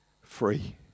free